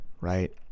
right